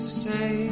say